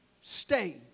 stay